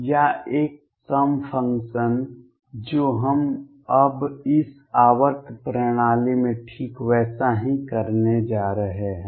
या एक सम फंक्शन जो हम अब इस आवर्त प्रणाली में ठीक वैसा ही करने जा रहे हैं